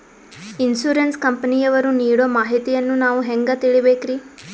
Insurance ಕಂಪನಿಯವರು ನೀಡೋ ಮಾಹಿತಿಯನ್ನು ನಾವು ಹೆಂಗಾ ತಿಳಿಬೇಕ್ರಿ?